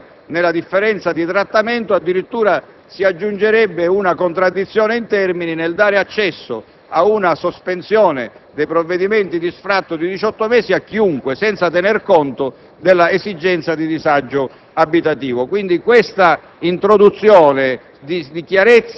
palese violazione costituzionale della differenza di trattamento, si aggiungerebbe addirittura una contraddizione in termini nel dare accesso a una sospensione dei provvedimenti di sfratto di 18 mesi a chiunque, senza tener conto della situazione di disagio abitativo.